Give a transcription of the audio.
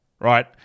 right